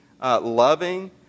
Loving